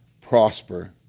prosper